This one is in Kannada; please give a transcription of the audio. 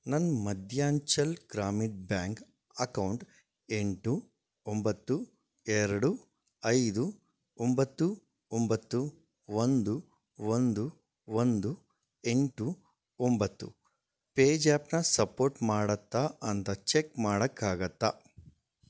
ನನ್ನ ಮಧ್ಯಾಂಚಲ್ ಗ್ರಾಮೀಣ ಬ್ಯಾಂಕ್ ಅಕೌಂಟ್ ಎಂಟು ಒಂಬತ್ತು ಎರಡು ಐದು ಒಂಬತ್ತು ಒಂಬತ್ತು ಒಂದು ಒಂದು ಒಂದು ಎಂಟು ಒಂಬತ್ತು ಪೇಜ್ಯಾಪ್ನ ಸಪೋರ್ಟ್ ಮಾಡತ್ತಾ ಅಂತ ಚೆಕ್ ಮಾಡೋಕ್ಕಾಗತ್ತಾ